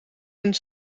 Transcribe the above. hun